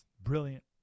brilliant